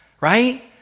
Right